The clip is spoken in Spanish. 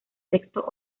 texto